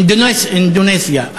אינדונזיה,